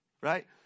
Right